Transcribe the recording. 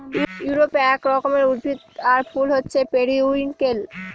ইউরোপে এক রকমের উদ্ভিদ আর ফুল হছে পেরিউইঙ্কেল